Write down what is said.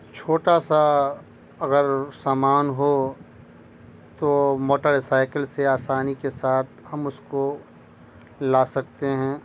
چھوٹا سا اگر سامان ہو تو موٹر سائیکل سے آسانی کے ساتھ ہم اس کو لا سکتے ہیں